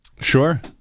sure